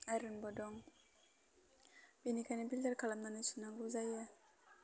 आइरनबो दं बिनिखायनो फिल्टार खालामनानै सुनांगौ जायो